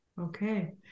Okay